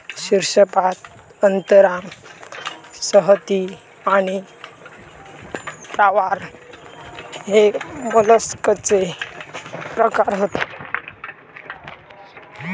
शीर्शपाद अंतरांग संहति आणि प्रावार हे मोलस्कचे प्रकार हत